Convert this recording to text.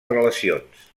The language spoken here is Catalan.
relacions